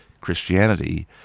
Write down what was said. Christianity